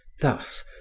thus